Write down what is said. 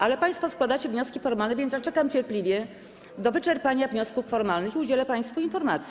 Ale państwo składacie wnioski formalne, więc zaczekam cierpliwie do wyczerpania wniosków formalnych i udzielę państwu informacji.